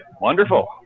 Wonderful